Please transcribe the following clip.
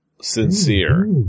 sincere